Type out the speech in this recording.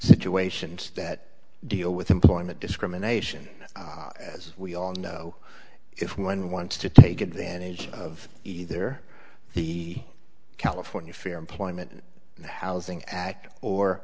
situations that deal with employment discrimination as we all know if one wants to take advantage of either he california fair employment and housing act or